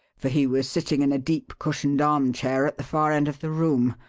for he was sitting in a deep, cushioned armchair at the far end of the room,